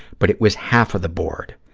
but it was half of the board.